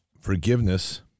forgiveness